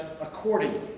accordingly